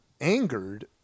angered